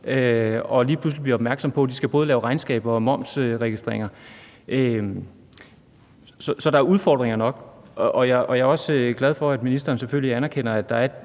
og lige pludselig bliver opmærksom på, at de både skal lave regnskab og momsregistreringer. Så der er udfordringer nok. Jeg er også glad for, at ministeren selvfølgelig anerkender, at der er